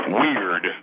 weird